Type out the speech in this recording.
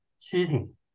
cheating